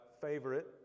favorite